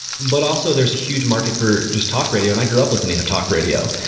but also there's a huge market for just talk radio, and i grew up listening to talk radio.